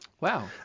Wow